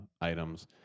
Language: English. items